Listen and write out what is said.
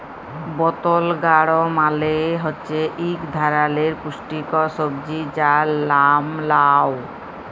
বতল গাড় মালে হছে ইক ধারালের পুস্টিকর সবজি যার লাম লাউ